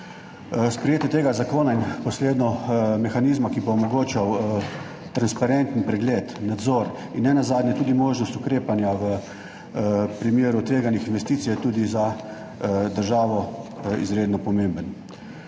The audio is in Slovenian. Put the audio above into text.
Sprejetje tega zakona in posredno mehanizma, ki bo omogočal transparenten pregled, nadzor in nenazadnje tudi možnost ukrepanja v primeru tveganih investicij, je tudi za državo izredno pomemben.